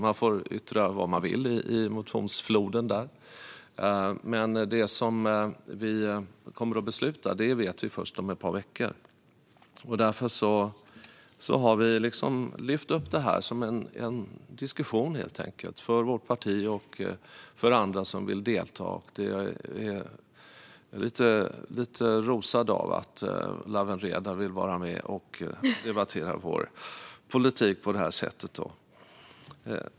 Man får yttra vad man vill i den motionsfloden. Men vad vi kommer att besluta oss för vet vi först om ett par veckor. Vi har lyft upp det här som en diskussion i vårt parti och med andra som vill delta. Jag blir lite rosad av att Lawen Redar vill vara med och debattera vår politik på det här sättet.